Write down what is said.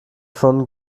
von